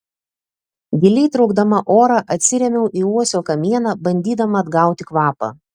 giliai traukdama orą atsirėmiau į uosio kamieną bandydama atgauti kvapą